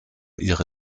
ihre